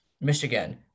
michigan